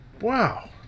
Wow